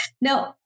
No